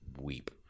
weep